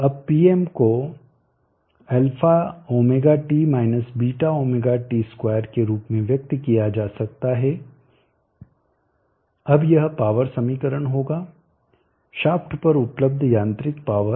अब Pm को α ωt β ωt2 के रूप में व्यक्त किया जा सकता है अब यह पावर समीकरण होगा शाफ्ट पर उपलब्ध यांत्रिक पावर